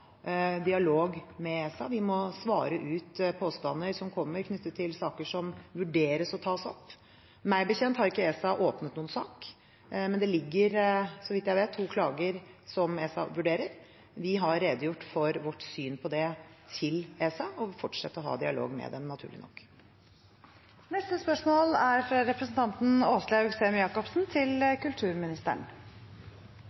dialog med ESA. Vi må svare ut påstander som kommer knyttet til saker som vurderes å tas opp. Meg bekjent har ikke ESA åpnet noen sak, men det foreligger – så vidt jeg vet – to klager som ESA vurderer. Vi har redegjort for vårt syn på det til ESA, og fortsetter å ha dialog med dem, naturlig nok. «Statsråden opplyser at infrastrukturen som ble brukt til